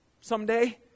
someday